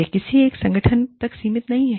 यह किसी एक संगठन तक सीमित नहीं है